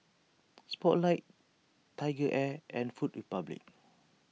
Spotlight TigerAir and Food Republic